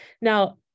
now